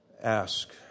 Ask